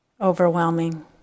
overwhelming